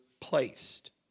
placed